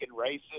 races